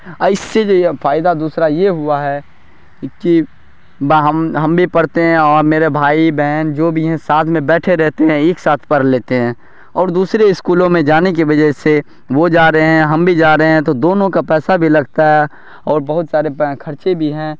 اور اس سے فائدہ دوسرا یہ ہوا ہے کہ باہم ہم بھی پڑھتے ہیں اور میرے بھائی بہن جو ہیں ساتھ میں میں بیٹھے رہتے ہیں ایک ساتھ پڑھ لیتے ہیں اور دوسرے اسکولوں میں جانے کے وجہ سے وہ جا رہے ہم بھی جا رہے ہیں تو دونوں کا پیسہ بھی لگتا ہے اور بہت سارے خرچے بھی ہیں